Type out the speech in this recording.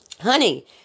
honey